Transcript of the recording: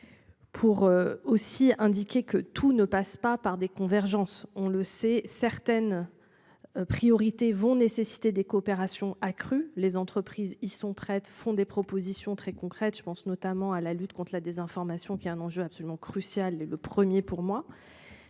Pour aussi indiquer que tout ne passe pas par des convergences. On le sait certaines. Priorités vont nécessiter des coopérations accrue. Les entreprises y sont prêtes, font des propositions très concrètes. Je pense notamment à la lutte contre la désinformation qui a un enjeu absolument crucial et le premier pour moi.